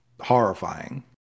horrifying